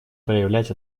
проявлять